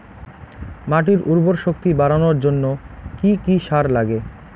মাটির উর্বর শক্তি বাড়ানোর জন্য কি কি সার লাগে?